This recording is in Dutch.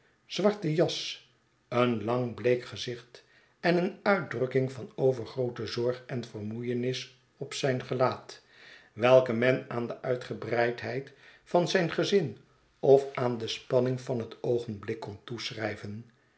zwarten jas een lang bleek gezicht en een uitdrukking van overgroote zorg en vermoeienis op zijn gelaat welke men aan de uitgebreidheid van zijn gezin of aan de spanning van het oogenblik kon toeschrijven